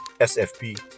SFP